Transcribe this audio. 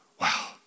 Wow